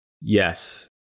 Yes